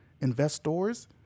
investors